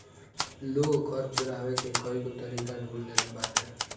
लोग कर चोरावे के कईगो तरीका ढूंढ ले लेले बाटे